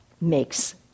makes